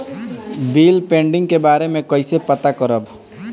Bill pending के बारे में कईसे पता करब?